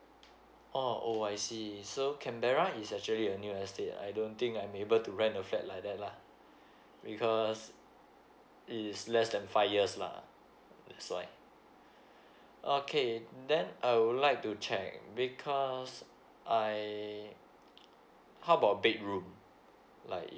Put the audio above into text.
oh oo I see so canberra is actually a new estate I don't think I am able to rent a fat like that lah because it's less than five years lah that's why okay then I would like to check because I how about bedroom like